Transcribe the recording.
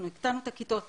אנחנו הקטנו את הכיתות,